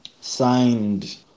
signed